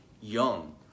young